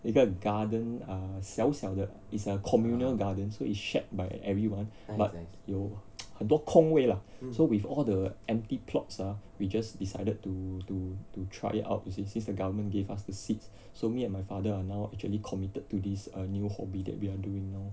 一个 garden uh 小小的 it's a communal gardens so it's shared by everyone but 有 很多空位 lah so with all the empty plots ah we just decided to to to try it out you see since the government gave us the seeds so me and my father are now actually committed to this err new hobby that we are doing now